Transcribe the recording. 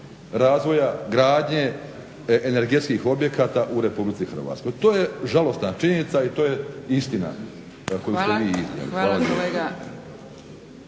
razvoja, gradnje energetskih objekata u Republici Hrvatskoj. To je žalosna činjenica i to je istina, koju ste vi iznijeli.